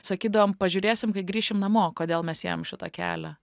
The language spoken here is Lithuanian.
sakydavom pažiūrėsim kai grįšim namo kodėl mes ėjom šitą kelią